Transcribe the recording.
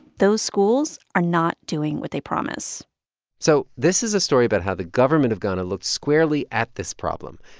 those schools are not doing what they promise so this is a story about how the government of ghana looked squarely at this problem,